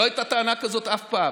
לא הייתה טענה כזאת אף פעם.